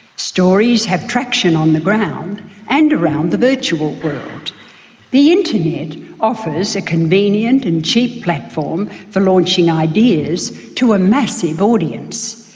stories have traction on the ground and across the virtual world the internet offers a convenient and cheap platform for launching ideas to a massive audience.